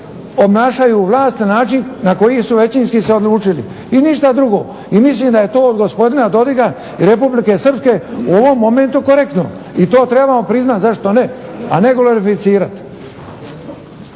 obnašaju vlast na način na koji su većinski se odlučili i ništa drugo. I mislim da je to od gospodina Dodiga i Republike Srpske u ovom momentu korektno, i to trebamo priznati zašto ne. A ne glorificirati.